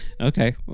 Okay